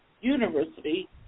university